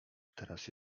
teraz